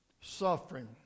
suffering